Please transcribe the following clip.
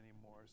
anymore